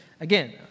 again